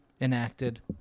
enacted